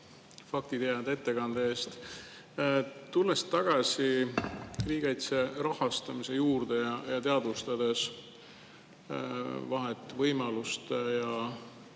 faktitiheda ettekande eest! Tulles tagasi riigikaitse rahastamise juurde ja teadvustades vahet võimaluste ja